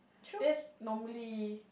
that's normally